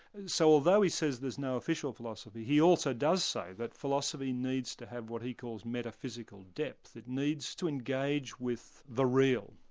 and so although he says there's no official philosophy, he also does say that philosophy needs to have what he calls metaphysical depth. it needs to engage with the real.